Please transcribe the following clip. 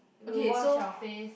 you wash your face